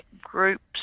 groups